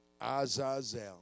Azazel